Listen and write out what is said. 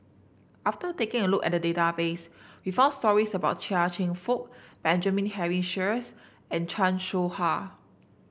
after taking a look at database we found stories about Chia Cheong Fook Benjamin Henry Sheares and Chan Soh Ha